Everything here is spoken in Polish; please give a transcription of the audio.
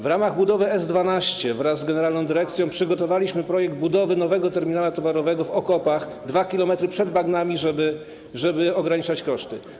W ramach budowy S12 wraz z generalną dyrekcją przygotowaliśmy projekt budowy nowego terminala towarowego w Okopach, 2 kilometry przed bagnami, żeby ograniczać koszty.